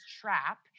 trap